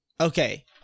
Okay